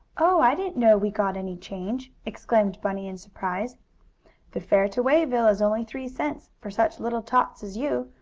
oh, i didn't know we got any change! exclaimed bunny, in surprise the fare to wayville is only three cents, for such little tots as you,